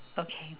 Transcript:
okay